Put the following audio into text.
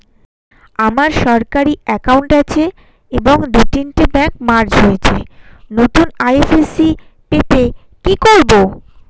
আমার সরকারি একাউন্ট আছে এবং দু তিনটে ব্যাংক মার্জ হয়েছে, নতুন আই.এফ.এস.সি পেতে কি করব?